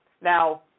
Now